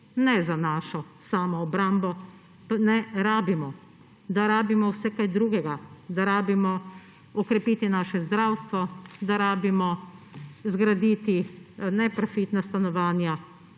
ne za našo samoobrambo, ne rabimo. Da rabimo vse kaj drugega, da rabimo okrepiti naše zdravstvo, da rabimo zgraditi neprofitna stanovanja,